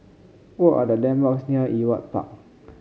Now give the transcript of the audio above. what are the landmarks near Ewart Park